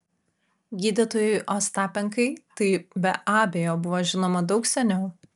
gydytojui ostapenkai tai be abejo buvo žinoma daug seniau